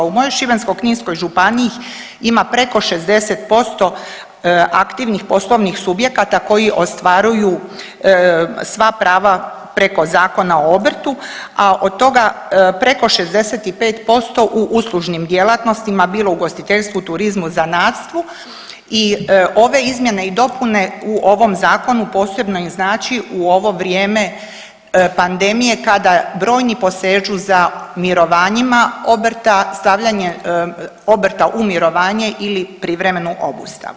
U mojoj Šibensko-kninskoj županiji ih ima preko 60% aktivnih poslovnih subjekata koji ostvaruju sva prava preko Zakon o obrtu, a od toga preko 65% u uslužnim djelatnostima, bilo u ugostiteljstvu, turizmu, zanatstvu i ove izmjene i dopune u ovom Zakonu posebno im znači u ovo vrijeme pandemije kada brojni posežu za mirovanjima obrta, stavljanje obrta u mirovanje ili privremenu obustavu.